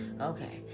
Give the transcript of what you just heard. okay